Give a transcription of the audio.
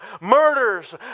murders